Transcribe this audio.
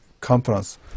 conference